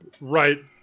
right